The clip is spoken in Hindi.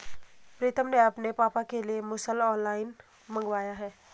प्रितम ने अपने पापा के लिए मुसल ऑनलाइन मंगवाया है